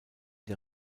der